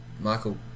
Michael